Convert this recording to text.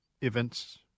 events